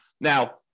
Now